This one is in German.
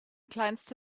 kleinste